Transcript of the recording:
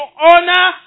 honor